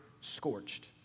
scorched